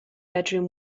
bedroom